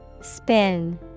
Spin